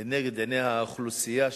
לנגד עיני האוכלוסייה שלה,